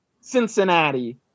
Cincinnati